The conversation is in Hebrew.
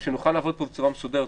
כדי שנעבוד בצורה מסודרת,